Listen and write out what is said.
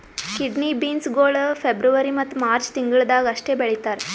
kidney beans ಗೊಳ್ February ಮತ್ತ March ತಿಂಗಿಳದಾಗ್ ಅಷ್ಟೆ ಬೆಳೀತಾರ್